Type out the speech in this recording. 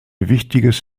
wichtiges